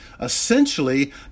essentially